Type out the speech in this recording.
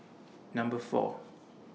Number four